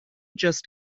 just